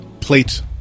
plate